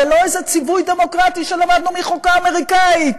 זה לא איזה ציווי דמוקרטי שלמדנו מחוקה אמריקנית,